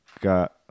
got